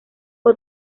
fue